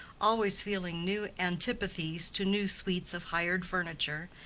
always feeling new antipathies to new suites of hired furniture,